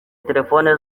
telefoni